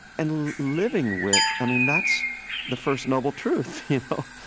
and living with, i mean, that's the first noble truth, you know,